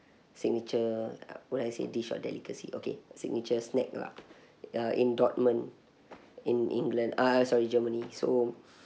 signature uh would I say dish or delicacy okay signature snack lah uh in dortmund in england uh sorry germany so